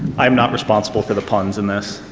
um not responsible for the puns in this.